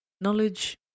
Knowledge